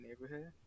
neighborhood